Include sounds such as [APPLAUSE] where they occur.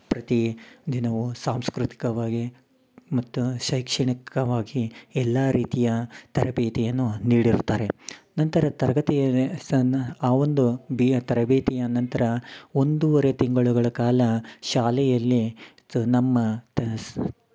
ಪ್ರತಿ ದಿನವು ಸಾಂಸ್ಕೃತಿಕವಾಗಿ ಮತ್ತು ಶೈಕ್ಷಣಿಕವಾಗಿ ಎಲ್ಲಾ ರೀತಿಯ ತರಬೇತಿಯನ್ನು ನೀಡಿರುತ್ತಾರೆ ನಂತರ ತರಗತಿ [UNINTELLIGIBLE] ಸನ ಆ ಒಂದು ಬೀಯ ತರಬೇತಿಯ ನಂತರ ಒಂದುವರೆ ತಿಂಗಳುಗಳ ಕಾಲ ಶಾಲೆಯಲ್ಲಿ ಸೊ ನಮ್ಮ ತಸ್